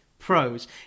Pros